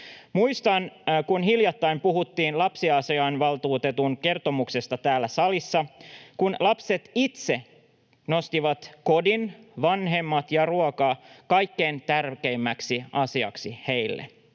Muistan, kun hiljattain puhuttiin lapsiasiainvaltuutetun kertomuksesta täällä salissa: lapset itse nostivat kodin, vanhemmat ja ruoan kaikkein tärkeimmäksi asiaksi heille.